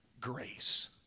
grace